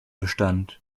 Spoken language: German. bestand